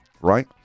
right